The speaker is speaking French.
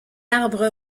arbre